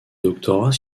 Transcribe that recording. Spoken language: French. doctorat